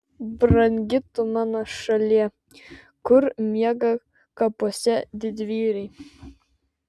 brangi tu mano šalie kur miega kapuose didvyriai